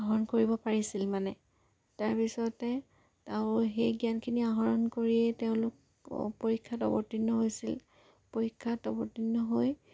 আহৰণ কৰিব পাৰিছিল মানে তাৰপিছতে আৰু সেই জ্ঞানখিনি আহৰণ কৰিয়েই তেওঁলোক পৰীক্ষাত অৱতীৰ্ণ হৈছিল পৰীক্ষাত অৱতীৰ্ণ হৈ